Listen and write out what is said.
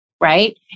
Right